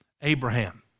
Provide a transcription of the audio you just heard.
Abraham